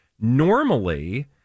Normally